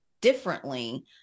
differently